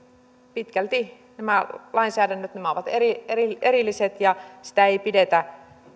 pitkälti nämä lainsäädännöt ovat erilliset ja sitä ei pidetä